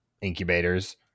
incubators